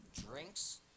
drinks